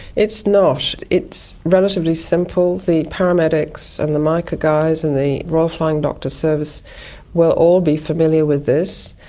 it's not. it's relatively simple. the paramedics and the mica guys and the royal flying doctor service will all be familiar with this.